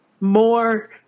More